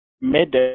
mid